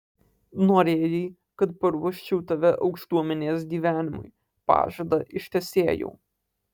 norėjai kad paruoščiau tave aukštuomenės gyvenimui pažadą ištesėjau